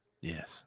Yes